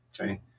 Okay